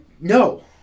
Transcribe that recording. no